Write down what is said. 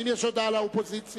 האם יש הודעה לאופוזיציה?